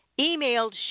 emailed